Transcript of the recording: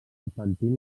infantil